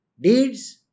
deeds